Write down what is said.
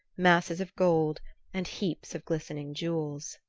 masses of gold and heaps of glistening jewels.